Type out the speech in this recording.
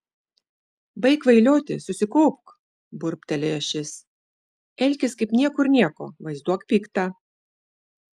baik kvailioti susikaupk burbtelėjo šis elkis kaip niekur nieko vaizduok piktą